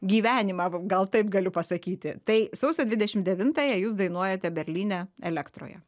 gyvenimą v gal taip galiu pasakyti tai sausio dvidešim devintąją jūs dainuojate berlyne elektroje